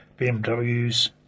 bmw's